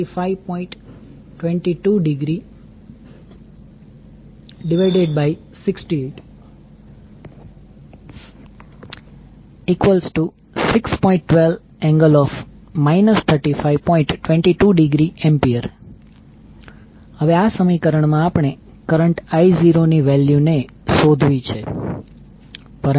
22°A હવે આ સમીકરણ માં આપણે કરંટ I0ની વેલ્યુ ને શોધવી છે